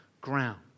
ground